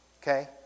Okay